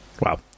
Wow